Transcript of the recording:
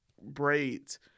braids